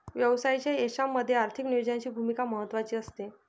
व्यवसायाच्या यशामध्ये आर्थिक नियोजनाची भूमिका महत्त्वाची असते